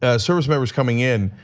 ah service members coming in,